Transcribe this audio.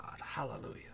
hallelujah